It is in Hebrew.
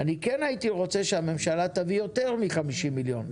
כן הייתי רוצה שהממשלה תביא יותר מ-50 מיליון.